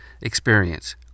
experience